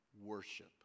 worship